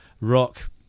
rock